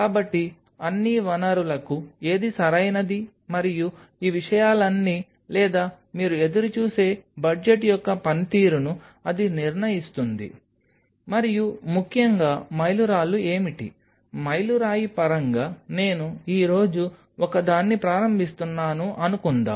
కాబట్టి అన్ని వనరులకు ఏది సరైనది మరియు ఈ విషయాలన్నీ లేదా మీరు ఎదురుచూసే బడ్జెట్ యొక్క పనితీరును అది నిర్ణయిస్తుంది మరియు ముఖ్యంగా మైలురాళ్ళు ఏమిటి మైలురాయి పరంగా నేను ఈ రోజు ఒకదాన్ని ప్రారంభిస్తున్నాను అనుకుందాం